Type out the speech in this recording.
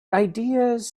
ideas